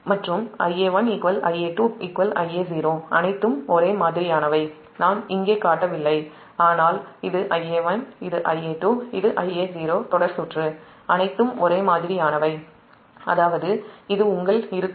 மற்றும் Ia1 Ia2 Ia0 அனைத்தும் ஒரே மாதிரியானவை நான் இங்கே காட்டவில்லை ஆனால் இது IA1 இது Ia2இது Ia0 தொடர் சுற்று அனைத்தும் ஒரே மாதிரியானவை அதாவது இது j0